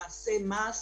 למעשה מס,